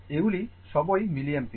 এগুলি সবই মিলিয়ামপার